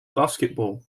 basketball